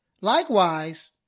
Likewise